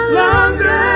longer